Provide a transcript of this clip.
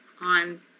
on